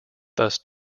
thus